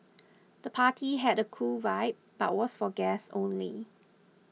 the party had a cool vibe but was for guests only